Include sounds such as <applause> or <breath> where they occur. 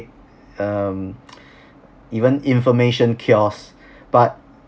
um <breath> even information kiosk but